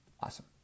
Awesome